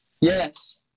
Yes